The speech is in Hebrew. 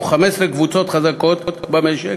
או 15 קבוצות חזקות במשק,